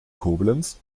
koblenz